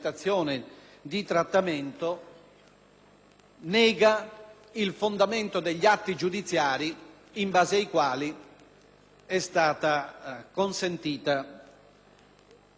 nega il fondamento degli atti giudiziari in base ai quali è stata consentita la morte di Eluana Englaro.